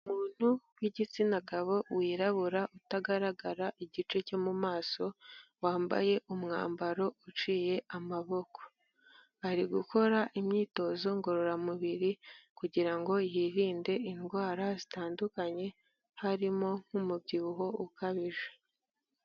Umuntu w'igitsina gabo wirabura utagaragara igice cyo mu maso, wambaye umwambaro uciye amaboko. Ari gukora imyitozo ngororamubiri kugira ngo yirinde indwara zitandukanye harimo nk'umubyibuho ukabije.